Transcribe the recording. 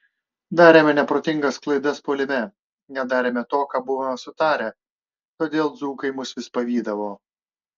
darėme neprotingas klaidas puolime nedarėme to ką buvome sutarę todėl dzūkai mus vis pavydavo